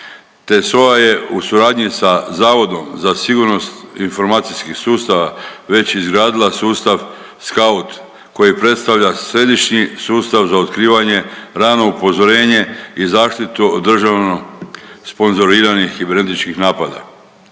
te SOA je u suradnji sa Zavodom za sigurnost informacijskih sustava već izgradila sustav SC@UT koji predstavlja središnji sustav za otkrivanje, rano upozorenje i zaštitu državno sponzoriranih kibernetičkih napada.